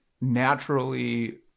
naturally